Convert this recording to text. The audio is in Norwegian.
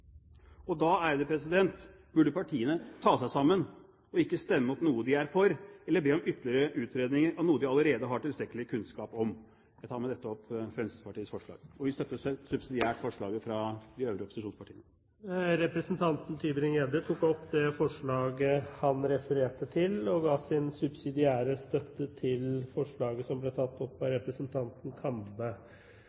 Da burde partiene ta seg sammen, og ikke stemme imot noe de er for, eller be om ytterlige utredninger av noe de allerede har tilstrekkelig kunnskap om. Jeg tar med dette opp Fremskrittspartiets forslag. Og vi støtter subsidiert forslaget fra de øvrige opposisjonspartiene. Representanten Christian Tybring-Gjedde har tatt opp det forslaget han refererte til. Han ga også uttrykk for at de vil gi sin subsidiære støtte til forslaget som ble tatt opp av